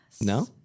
No